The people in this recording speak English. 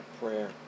prayer